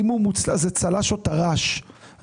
זה צל"ש או טר"ש.